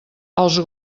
els